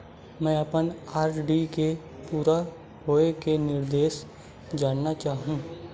मैं अपन आर.डी के पूरा होये के निर्देश जानना चाहहु